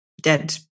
dead